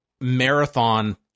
marathon